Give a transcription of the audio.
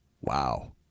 Wow